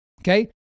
okay